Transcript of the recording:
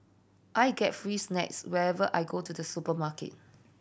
I get free snacks whenever I go to the supermarket